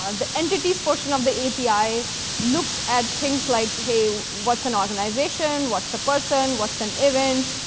ah the entities portion of the api looks at things like, hey, what's an organization? what's a person? what's an event?